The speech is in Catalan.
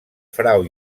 frau